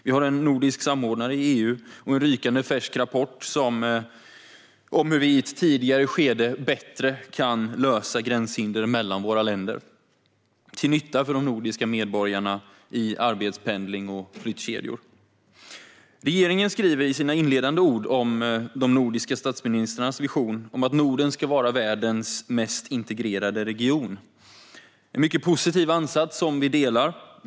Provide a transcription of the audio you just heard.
Vi har en nordisk samordnare i EU och en rykande färsk rapport om hur vi i ett tidigare skede bättre kan lösa gränshinder mellan våra länder, som vore till nytta för de nordiska medborgarna i arbetspendling och flyttkedjor. Regeringen skriver i sina inledande ord om de nordiska statsministrarnas vision att Norden ska vara världens mest integrerade region. Det är en mycket positiv ansats som vi delar.